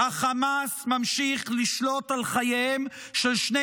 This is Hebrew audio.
החמאס ממשיך לשלוט על חייהם של שני